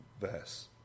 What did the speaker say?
verse